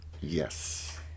Yes